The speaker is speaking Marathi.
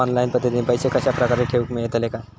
ऑनलाइन पद्धतीन पैसे कश्या प्रकारे ठेऊक मेळतले काय?